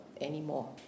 anymore